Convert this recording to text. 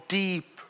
deep